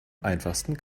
einfachsten